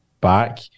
back